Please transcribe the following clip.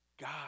God